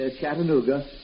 Chattanooga